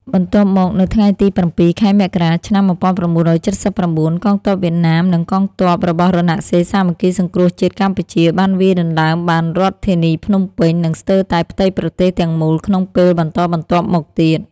បន្ទាប់មកនៅថ្ងៃទី ៧ ខែមករា ឆ្នាំ ១៩៧៩ កងទ័ពវៀតណាម និងកងទ័ពរបស់រណសិរ្សសាមគ្គីសង្គ្រោះជាតិកម្ពុជាបានវាយដណ្តើមបានរដ្ឋធានីភ្នំពេញ និងស្ទើរតែផ្ទៃប្រទេសទាំងមូលក្នុងពេលបន្តបន្ទាប់មកទៀត។